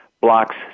blocks